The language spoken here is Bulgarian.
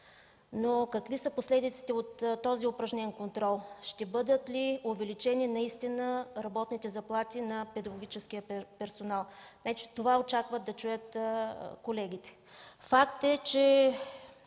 но какви са последиците от този упражнен контрол? Ще бъдат ли увеличени работните заплати на педагогическия персонал? Това очакват да чуят колегите. Факт е, че